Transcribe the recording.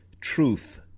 truth